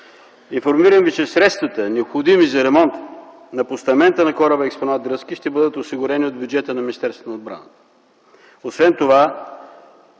Информирам Ви, че средствата, необходими за ремонт на постамента на кораба експонат „Дръзки”, ще бъдат осигурени от бюджета на Министерството